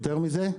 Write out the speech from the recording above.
יותר מזה.